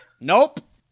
nope